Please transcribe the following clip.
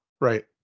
right